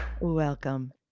Welcome